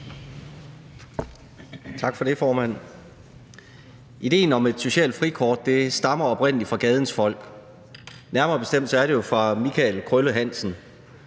Tak for det, formand. Idéen om et socialt frikort stammer oprindelig fra gadens folk, nærmere bestemt fra Michael Krølle Hansen.